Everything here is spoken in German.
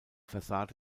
fassade